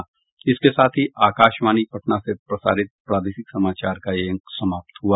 इसके साथ ही आकाशवाणी पटना से प्रसारित प्रादेशिक समाचार का ये अंक समाप्त हुआ